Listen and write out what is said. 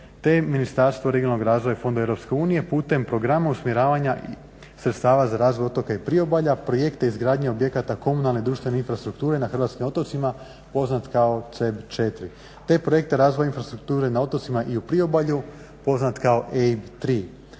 te Ministarstvo regionalnog razvoja i fondova EU putem programa usmjeravanja sredstava za razvoj otoka i priobalja, projekta izgradnje objekata komunalne društvene infrastrukture na hrvatskim otocima poznat kao CEB 4. Te projekte razvoja infrastrukture na otocima i u priobalju poznat kao EIB 3.